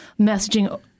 messaging